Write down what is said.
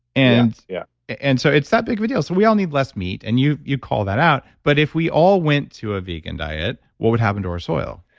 and yeah and so, it's that big of a deal, so we all need less meat, and you you call that out, but if we all went to a vegan diet, what would happen to our soil?